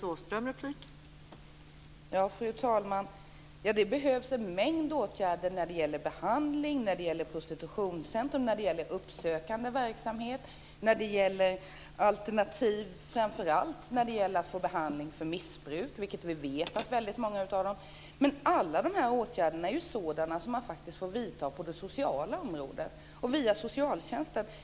Fru talman! Det behövs en mängd åtgärder när det gäller behandling, prostitutionscentrum, uppsökande verksamhet och alternativ när det gäller missbruk, vilket vi vet att väldigt många av dem sitter fast i, men alla de här åtgärderna är ju sådana som man faktiskt får vidta på det sociala området via socialtjänsten.